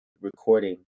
recording